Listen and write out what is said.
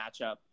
matchup